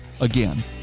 again